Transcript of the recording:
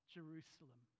Jerusalem